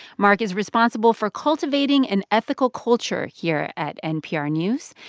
mark is responsible for cultivating an ethical culture here at npr news.